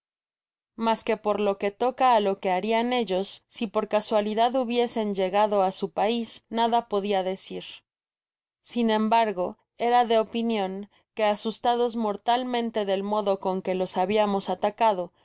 mas que por lo que toca á lo que harian ellos si por casualidad hubiesen llegada á su pais nada podia decir sin embargo era de opinion que asustados mortalmente del modo conque los habiamos atacado